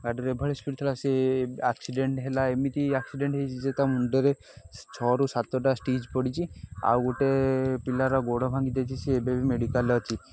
ଗାଡ଼ିରେ ଏଭଳି ସ୍ପିଡ୍ ଥିଲା ସେ ଆକ୍ସିଡେଣ୍ଟ ହେଲା ଏମିତି ଆକ୍ସିଡେଣ୍ଟ ହୋଇଛି ଯେ ତା ମୁଣ୍ଡରେ ଛଅରୁ ସାତଟା ଷ୍ଟିଚ୍ ପଡ଼ିଛି ଆଉ ଗୋଟେ ପିଲାର ଗୋଡ଼ ଭାଙ୍ଗିଦେଇଛି ସିଏ ଏବେ ବି ମେଡିକାଲରେ ଅଛି